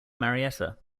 marietta